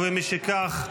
משכך,